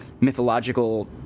mythological